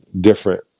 different